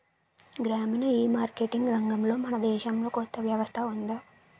గ్రామీణ ఈమార్కెటింగ్ రంగంలో మన దేశంలో కొత్త వ్యవస్థ ఉందా?